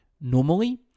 Normally